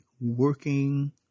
working